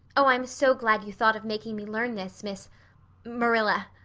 oh, i'm so glad you thought of making me learn this, miss marilla.